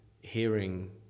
hearing